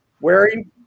wearing